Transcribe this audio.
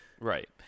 right